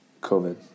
COVID